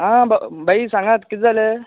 हां भ भाई सांगात कितें जालें